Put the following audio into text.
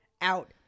out